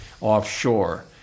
offshore